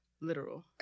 literal